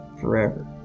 forever